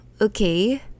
Okay